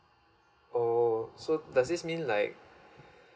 oh so does this mean like